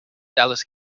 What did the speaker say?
dallas